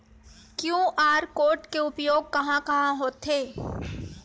QR code के उपयोग कहां कहां होथे?